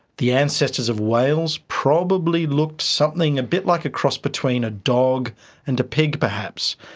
the ancestors of whales probably looked something a bit like a cross between a dog and a pig perhaps,